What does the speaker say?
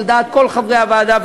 על דעת כל חברי הוועדה,